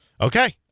Okay